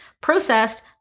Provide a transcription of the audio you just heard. Processed